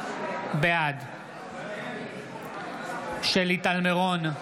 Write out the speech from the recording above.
בעד שלי טל מירון,